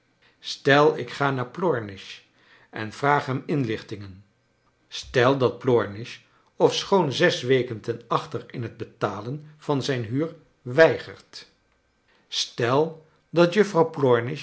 stel ik ga naar plornish en vraag hem inlichtingen stel dat plornish ofschoon zes weken ten achter in het betalen van zijn huur weigert stel dat